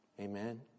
Amen